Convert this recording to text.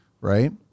right